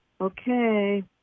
Okay